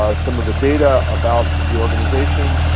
ah some of the data about the organization.